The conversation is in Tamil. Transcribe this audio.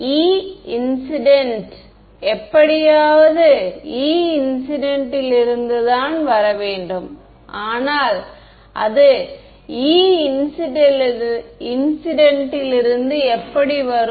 மாணவர் E இன்சிடென்ட் எப்படியாவது E இன்சிடென்டிலிருந்து தான் வர வேண்டும் ஆனால் அது E இன்சிடென்டிலிருந்து எப்படி வரும்